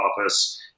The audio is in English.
Office